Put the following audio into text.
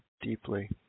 deeply